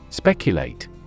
Speculate